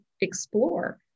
explore